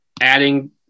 Adding